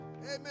Amen